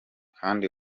kandi